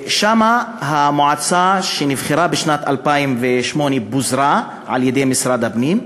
המועצה שנבחרה בשנת 2008 פוזרה על-ידי משרד הפנים.